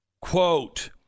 Quote